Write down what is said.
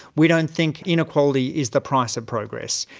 we don't think inequality is the price of progress.